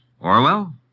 Orwell